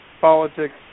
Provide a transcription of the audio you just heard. politics